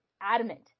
adamant